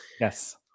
Yes